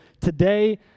today